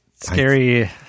Scary